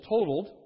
totaled